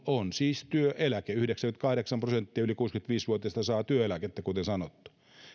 on siis työeläke yhdeksänkymmentäkahdeksan prosenttia yli kuusikymmentäviisi vuotiaista saa työeläkettä kuten sanottu